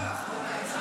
אני.